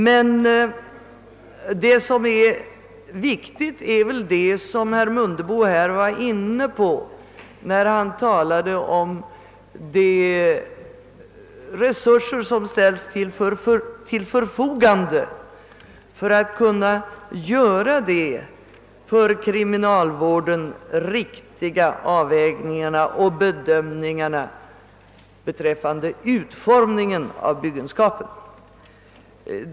Men det som är viktigt är vad herr Mundebo här var inne på, när han talade om de resurser som ställs till förfogande för att kunna göra de för kriminalvården riktiga avvägningarna och bedömningarna beträffande utform: ningen av byggenskapen.